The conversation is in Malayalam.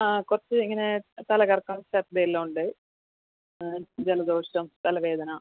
ആ കുറച്ച് ഇങ്ങനെ തലകറക്കം ഛർദിൽ എല്ലാം ഉണ്ട് ജലദോഷം തലവേദന